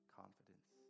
confidence